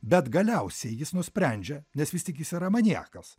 bet galiausiai jis nusprendžia nes vis tik jis yra maniakas